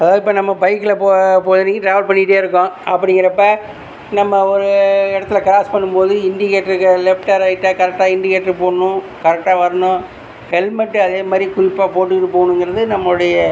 அதாவது இப்போ நம்ம பைக்கில் போகிறோம் பொழுதன்னைக்கும் ட்ராவல் பண்ணிகிட்டே இருக்கோம் அப்படிங்கிறப்போ நம்ம ஒரு இடத்துல கிராஸ் பண்ணும்போது இண்டிகேட்ருக்கு லெஃப்டா ரைட்டா கரெக்ட்டாக இண்டிகேட்டர் போடணும் கரெக்ட்டாக வரணும் ஹெல்மெட் அதேமாதிரி குறிப்பாக போட்டுகிட்டு போகணுங்கிறது நம்மளுடைய